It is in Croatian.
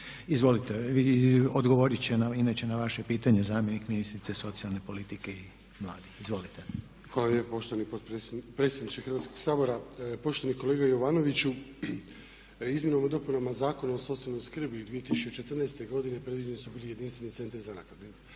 Izvolite, odgovorit će na vaše pitanje zamjenik ministrice socijalne politike i mladih. Izvolite. **Babić, Ante (HDZ)** Hvala lijepo poštovani predsjedniče Hrvatskog sabora. Poštovani kolega Jovanoviću, izmjenama i dopunama Zakona o socijalnoj skrbi iz 2014.godine predviđeni su bili jedinstveni centri za naknade.